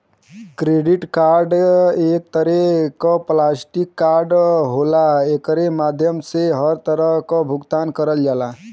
credit card एक तरे क प्लास्टिक कार्ड होला एकरे माध्यम से हर तरह क भुगतान करल जाला